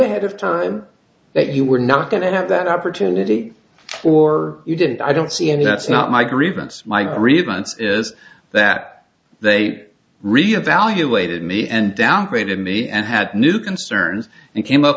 ahead of time that you were not going to have that opportunity or you did i don't see any that's not my grievance my grievance is that they reevaluated me and downgraded me and had new concerns and came up